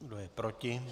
Kdo je proti?